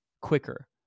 quicker